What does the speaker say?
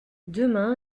demain